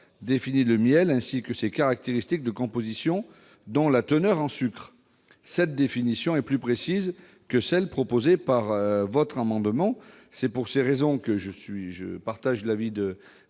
définit le miel, ainsi que ses caractéristiques de composition, dont la teneur en sucre. Cette définition est plus précise que celle qui est proposée par votre amendement. Telles sont les raisons pour lesquelles je partage l'avis de